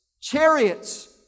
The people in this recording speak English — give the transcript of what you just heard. chariots